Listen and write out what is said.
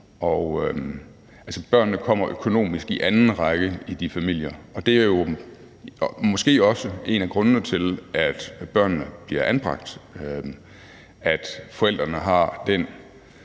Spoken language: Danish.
Børnene kommer altså økonomisk i anden række i de familier. Det er måske også en af grundene til, at børnene bliver anbragt, at forældrene har den